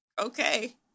okay